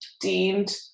deemed